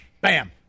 Bam